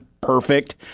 perfect